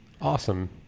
Awesome